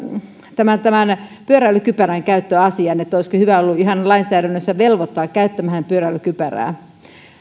tämän tämän pyöräilykypärän käyttöasian olisiko hyvä ollut ihan lainsäädännössä velvoittaa käyttämään pyöräilykypärää